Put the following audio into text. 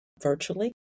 virtually